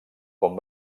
com